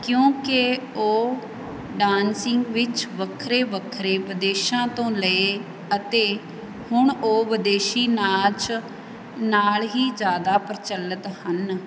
ਕਿਉਂਕਿ ਉਹ ਡਾਂਸਿੰਗ ਵਿੱਚ ਵੱਖਰੇ ਵੱਖਰੇ ਵਿਦੇਸ਼ਾਂ ਤੋਂ ਲਏ ਅਤੇ ਹੁਣ ਉਹ ਵਿਦੇਸ਼ੀ ਨਾਚ ਨਾਲ ਹੀ ਜ਼ਿਆਦਾ ਪ੍ਰਚੱਲਿਤ ਹਨ